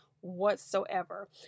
whatsoever